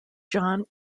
john